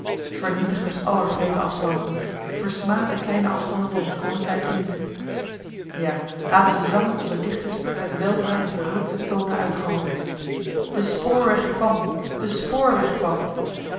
vernietigers aller groote afstanden versmaadt de kleine afstanden van ons koninkrijkje niet ja laten de zangen onzer dichters het weldra in verrukte tonen uitgalmen de spoorweg kwam de spoorweg kwam